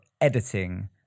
editing